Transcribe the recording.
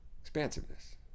Expansiveness